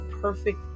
perfect